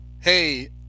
Hey